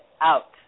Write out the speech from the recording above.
Out